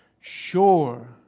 sure